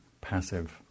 passive